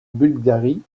bulgarie